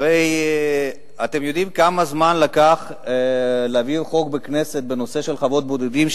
הרי אתם יודעים כמה זמן לקח להעביר בכנסת חוק בנושא של חוות בודדים.